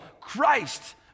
Christ